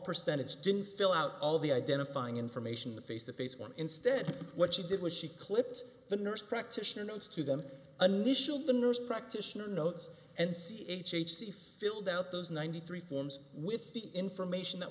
percentage didn't fill out all the identifying information the face to face one instead what she did was she clipped the nurse practitioner next to them and michele the nurse practitioner notes and c h h c filled out those ninety three forms with the information that